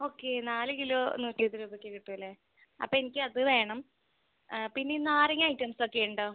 okay നാല് kilo നൂറ്റിരുപത് രൂപക്ക് കിട്ടും അല്ലേ അപ്പോൾ എനിക്കത് വേണം പിന്നെ ഈ നാരങ്ങ ഐറ്റംസ് ഒക്കെയുണ്ടോ